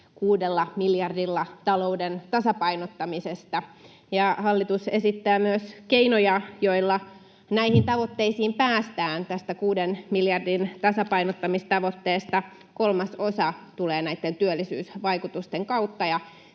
ja 6 miljardilla talouden tasapainottamisesta, ja hallitus esittää myös keinoja, joilla näihin tavoitteisiin päästään. Tästä 6 miljardin tasapainottamistavoitteesta kolmasosa tulee näitten työllisyysvaikutusten kautta,